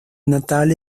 natal